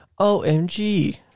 OMG